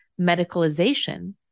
medicalization